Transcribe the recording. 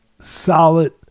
solid